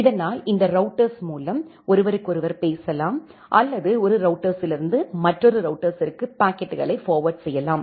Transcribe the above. இதனால் இந்த ரௌட்டர்ஸ் மூலம் ஒருவருக்கொருவர் பேசலாம் அல்லது ஒரு ரௌட்டர்ஸ்யிலிருந்து மற்றொரு ரௌட்டர்ஸ்ஸிற்கு பாக்கெட்டுகளை ஃபார்வேர்ட் செய்யலாம்